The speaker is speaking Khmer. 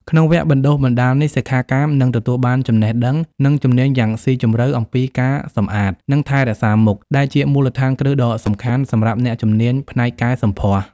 ក្នុងវគ្គបណ្តុះបណ្តាលនេះ សិក្ខាកាមនឹងទទួលបានចំណេះដឹង និងជំនាញយ៉ាងស៊ីជម្រៅអំពីការសម្អាត និងថែរក្សាមុខ ដែលជាមូលដ្ឋានគ្រឹះដ៏សំខាន់សម្រាប់អ្នកជំនាញផ្នែកកែសម្ផស្ស។